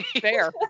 Fair